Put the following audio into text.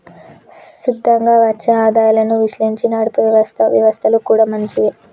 స్థిరంగా వచ్చే ఆదాయాలను విశ్లేషించి నడిపే వ్యవస్థలు కూడా మంచివే